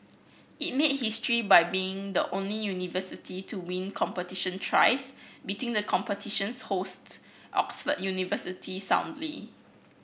it made history by being the only university to win competition thrice beating the competition's host Oxford University soundly